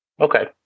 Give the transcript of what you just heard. Okay